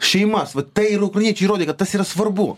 šeimas va tai ir ukrainiečiai įrodė kad tas yra svarbu